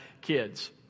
kids